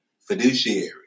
fiduciary